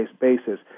basis